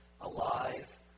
alive